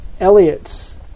Elliot's